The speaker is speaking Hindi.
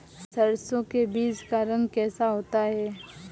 सरसों के बीज का रंग कैसा होता है?